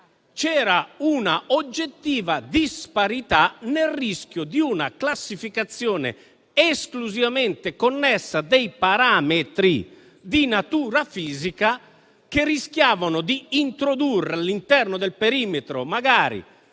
c'era un oggettivo rischio di disparità in una classificazione esclusivamente connessa a parametri di natura fisica, che rischiavano di introdurre all'interno del perimetro Comuni